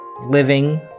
living